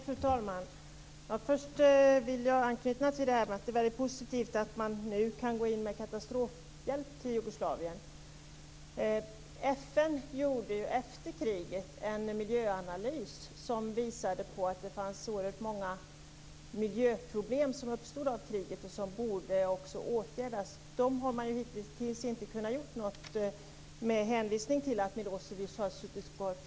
Fru talman! Först vill jag anknyta till det som sagts om att det är väldigt positivt att man nu kan gå in med katastrofhjälp till Jugoslavien. FN gjorde ju efter kriget en miljöanalys som visade att det fanns oerhört många miljöproblem som uppstod på grund av kriget och som också borde åtgärdas. Dem har man hittills inte kunnat göra något åt med hänvisning till att Milosevic har suttit kvar vid makten.